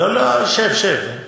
לא לא, שב, שב.